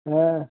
हाँ